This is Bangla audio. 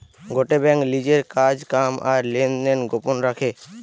গটে বেঙ্ক লিজের কাজ কাম আর লেনদেন গোপন রাখে